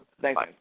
Thanks